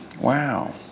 Wow